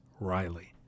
Riley